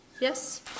yes